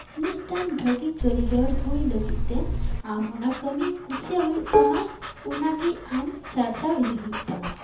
ᱢᱤᱫᱴᱟᱱ ᱵᱷᱟᱜᱮ ᱠᱟᱹᱨᱤᱜᱚᱨ ᱦᱩᱭ ᱞᱟᱹᱜᱤᱫ ᱛᱮ ᱟᱢ ᱚᱱᱟ ᱠᱟᱹᱢᱤ ᱠᱩᱥᱤᱭᱟᱜ ᱦᱩᱭᱩᱜ ᱛᱟᱢᱟ ᱚᱱᱟᱜᱮ ᱟᱢ ᱪᱟᱨᱪᱟᱣ ᱤᱫᱤ ᱦᱩᱭᱩᱜ ᱛᱟᱢᱟ